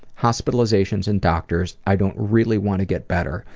hospitalizations, and doctors i don't really want to get better.